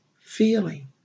feeling